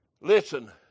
Listen